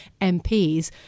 MPs